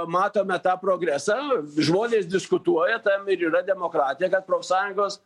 matome tą progresą žmonės diskutuoja tam ir yra demokratija kad profsąjungos